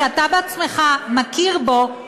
שאתה בעצמך מכיר בו,